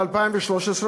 ב-2013,